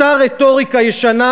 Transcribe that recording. אותה רטוריקה ישנה,